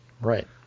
Right